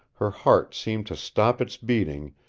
her heart seemed to stop its beating,